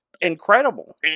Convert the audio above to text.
incredible